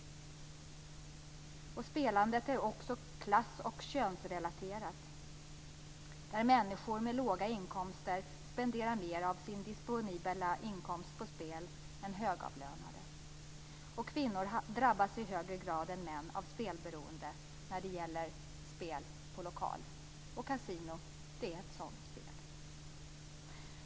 Spelandet är också klass och könsrelaterat. Människor med låga inkomster spenderar mer av sin disponibla inkomst på spel än högavlönade. Kvinnor drabbas i högre grad än män av spelberoende när det gäller spel på lokal, och kasino är ett sådant spel.